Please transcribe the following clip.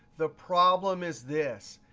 the problem is this.